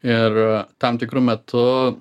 ir tam tikru metu